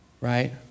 right